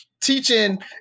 Teaching